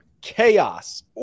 chaos